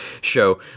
show